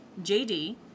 JD